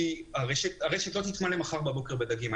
כי הרשת לא תתמלא מחר בבוקר בדגים.